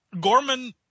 Gorman